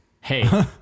Hey